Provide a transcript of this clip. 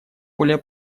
более